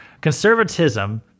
Conservatism